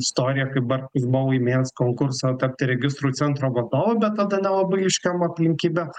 istoriją kaip bartkus buvo laimėjęs konkursą tapti registrų centro vadovu bet tada nelabai aiškiom aplinkybėm